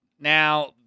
now